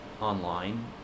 online